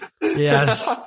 Yes